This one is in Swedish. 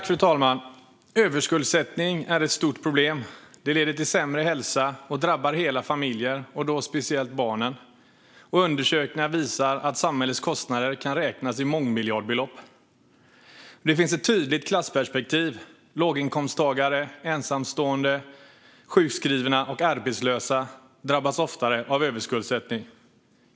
Fru talman! Överskuldsättning är ett stort problem. Det leder till sämre hälsa och drabbar hela familjer, särskilt barnen. Undersökningar visar att samhällets kostnader kan räknas i mångmiljardbelopp. Här finns ett tydligt klassperspektiv. Låginkomsttagare, ensamstående, sjukskrivna och arbetslösa drabbas oftare av överskuldsättning.